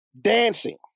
dancing